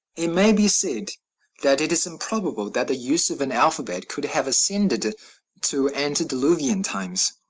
it may be said that it is improbable that the use of an alphabet could have ascended to antediluvian times,